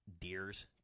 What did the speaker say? Deers